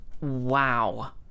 wow